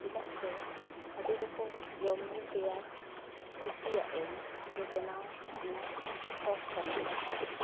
ᱪᱮᱫᱟᱜ ᱥᱮ ᱟᱹᱰᱤ ᱨᱚᱠᱚᱢ ᱡᱚᱢᱼᱧᱩ ᱛᱮᱭᱟᱨ ᱠᱩᱥᱤᱭᱟᱜᱼᱟᱹᱧ ᱥᱮ ᱵᱮᱱᱟᱣ ᱤᱧᱟᱹᱜ ᱥᱚᱠᱷ ᱠᱟᱱᱟ ᱢᱤᱫᱴᱟᱝ